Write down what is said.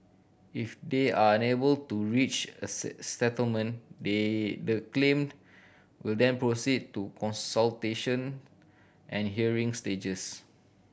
if they are unable to reach a settlement the the claim will then proceed to consultation and hearing stages